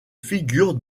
figure